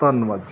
ਧੰਨਵਾਦ ਜੀ